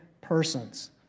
persons